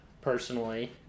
personally